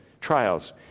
Trials